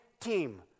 team